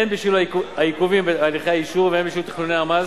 הן בשל העיכובים בהליכי האישור והן בשל תכנוני מס,